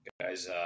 Guys